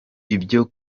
ibyo